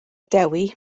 dewi